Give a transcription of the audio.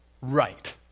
right